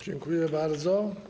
Dziękuję bardzo.